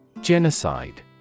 Genocide